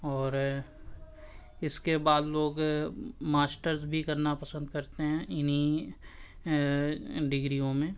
اور اس کے بعد لوگ ماسٹرس بھی کرنا پسند کرتے ہیں انہیں ڈگریوں میں